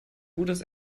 gutes